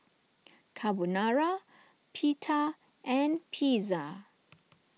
Carbonara Pita and Pizza